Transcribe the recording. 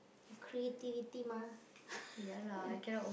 creativity mah